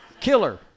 killer